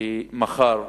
שמחר,